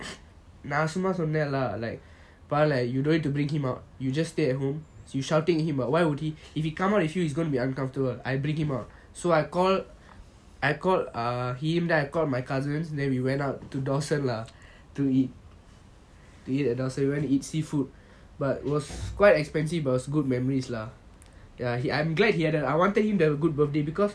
நான் சும்மா சொன்னன்ல:naan summa sonnanla like பாருல:paarula you don't need to bring him out you just stay at home you shouting at him [what] if he comes out at you he is going to be uncomfortable I bring him out so I call I called him then I call my cousins and then we went out to dawson lah to eat we eat at dawson very eatsy food but was quite expensive but it was good memories lah ya he I'm glad he had and I wanted him to have a good birthday because